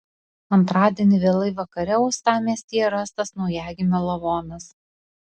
antradienį vėlai vakare uostamiestyje rastas naujagimio lavonas